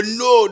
no